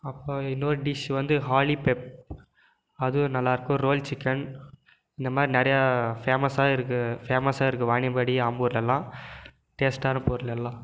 அப்போ இன்னோரு டிஷ் வந்து ஹாலிபெப் அது நல்லாயிருக்கும் ரோல் சிக்கன் இந்தமாதிரி நிறையா ஃபேமஸாக இருக்குது ஃபேமஸாக இருக்குது வாணியம்பாடி ஆம்பூர்லலாம் டேஸ்ட்டான பொருளெல்லாம்